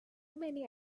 many